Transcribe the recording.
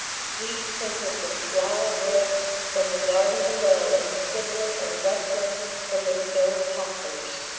sweet-scented with flower breaths from the garden below and sibilant and rustling from the stir of poplars.